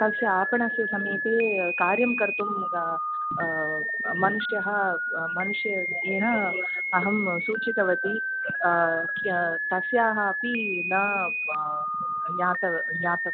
तस्य आपणस्य समीपे कार्यं कर्तुं मनुष्यः मनुष्यः एनम् अहं सूचितवती यत् तस्याः अपि न ब् ज्ञातव् ज्ञातं